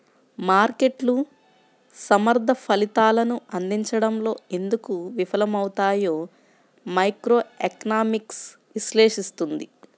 మార్కెట్లు సమర్థ ఫలితాలను అందించడంలో ఎందుకు విఫలమవుతాయో మైక్రోఎకనామిక్స్ విశ్లేషిస్తుంది